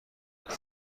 کردن